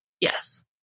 Yes